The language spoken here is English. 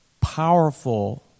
Powerful